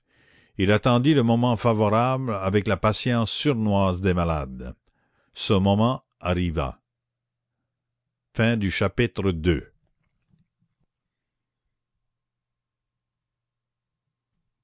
il attendit le moment favorable avec la patience sournoise des malades ce moment arriva chapitre